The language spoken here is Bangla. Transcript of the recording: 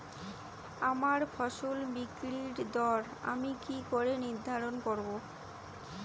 আমার ফসল বিক্রির দর আমি কি করে নির্ধারন করব?